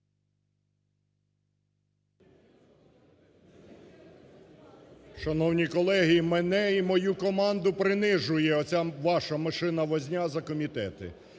Шановні колеги! Мене і мою команду принижує оця ваша мишина возня за комітети.